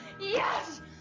Yes